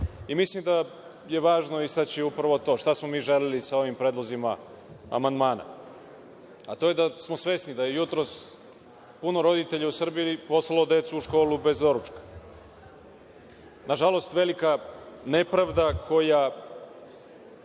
Mislim da je važno istaći upravo to, šta smo mi želeli sa ovim predlozima amandmana, a to je da smo svesni da je jutros puno roditelja u Srbiji poslalo decu u školu bez doručka. Nažalost, velika nepravda koja